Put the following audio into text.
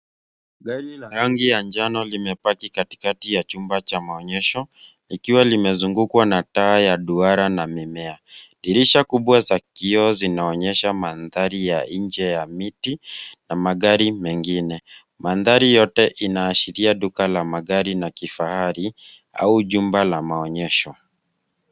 Gari la rangi ya njano limepaki katikati ya chumba cha maonyesho, ikwa imezungukwa na taa ya duara na mimea. Dirisha kubwa za kioo zinaonyesha mandhari ya nje ya miti na magari mengine. Mandhari yote inaashiria duka la magari na kifahari, au jumba la maonyesho.